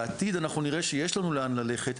בעתיד אנחנו נראה שיש לנו לאן ללכת.